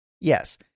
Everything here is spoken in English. yes